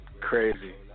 Crazy